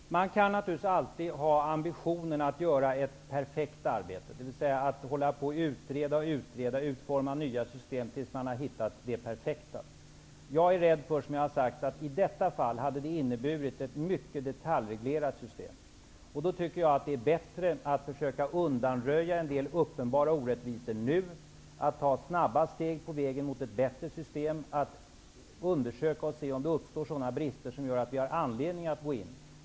Herr talman! Man kan naturligtvis alltid ha ambitionen att göra ett perfekt arbete, dvs. att utreda och utforma nya system tills man har hittat det perfekta. Jag är rädd för, vilket jag tidigare har sagt, att det i detta fall hade inneburit ett mycket detaljreglerat system. Jag tycker att det är bättre att nu försöka undanröja en del uppenbara orättvisor, ta snabba steg på vägen mot ett bättre system och undersöka om det uppstår sådana brister som gör att vi har anledning att gå in.